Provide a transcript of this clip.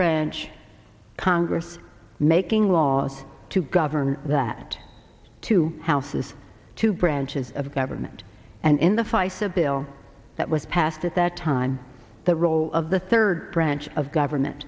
branch congress making laws to govern that two houses two branches of government and in the feis a bill that was passed at that time the role of the third branch of government